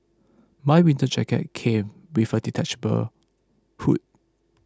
my winter jacket came with a detachable hood